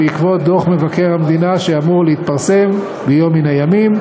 בעקבות דוח מבקר המדינה שאמור להתפרסם ביום מן הימים,